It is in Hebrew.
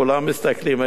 כולם מסתכלים,